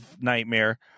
nightmare